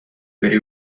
بری